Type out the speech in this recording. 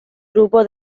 grupo